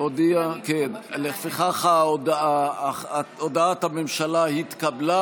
לפיכך הודעת הממשלה התקבלה,